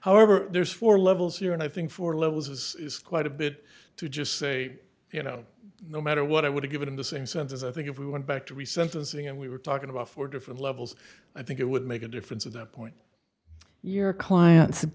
however there's four levels here and i think four levels is is quite a bit to just say you know no matter what i would have given the same sentence i think if we went back to re sentencing and we were talking about four different levels i think it would make a difference at that point your client